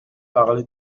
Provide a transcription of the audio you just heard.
parler